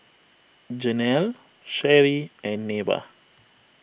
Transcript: Janelle Sherry and Neva